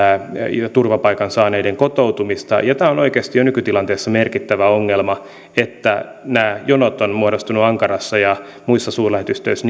ja turvapaikan saaneiden kotoutumista tämä on oikeasti jo nykytilanteessa merkittävä ongelma että nämä jonot ovat muodostuneet ankarassa ja muissa suurlähetystöissä